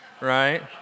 right